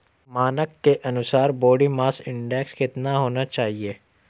मानक के अनुसार बॉडी मास इंडेक्स कितना होना चाहिए?